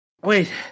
Wait